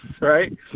right